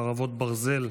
חרבות ברזל)